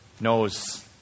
knows